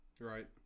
Right